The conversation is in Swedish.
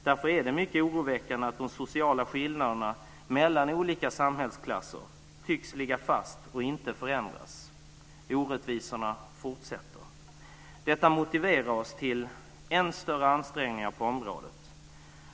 Därför är det mycket oroväckande att de sociala skillnaderna mellan olika samhällsklasser tycks ligga fast och inte förändras - orättvisorna fortsätter. Detta motiverar oss till än större ansträngningar på området.